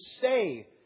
say